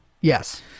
Yes